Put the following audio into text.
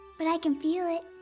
but i can feel it.